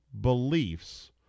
beliefs